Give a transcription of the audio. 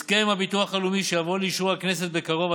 הסכם עם הביטוח הלאומי שיבוא לאישור הכנסת בקרוב,